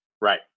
right